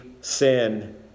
sin